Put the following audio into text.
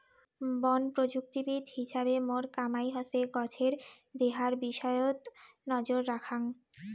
বন প্রযুক্তিবিদ হিছাবে মোর কামাই হসে গছের দেহার বিষয়ত নজর রাখাং